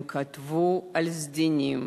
הם כתבו על סדינים